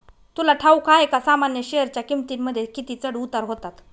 तुला ठाऊक आहे का सामान्य शेअरच्या किमतींमध्ये किती चढ उतार होतात